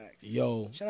Yo